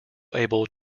able